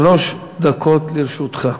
שלוש דקות לרשותך.